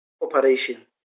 operation